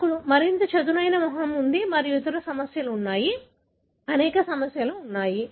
మాకు మరింత చదునైన ముఖం ఉంది మరియు ఇతర సమస్యలు ఉన్నాయి అనేక సమస్యలు ఉన్నాయి